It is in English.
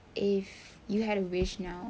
if you had a wish now